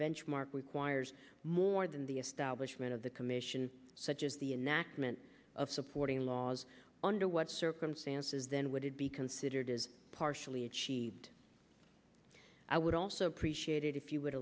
benchmark requires more than the establishment of the commission such as the enactment of supporting laws under what circumstances then would it be considered is partially achieved i would also appreciate it if you would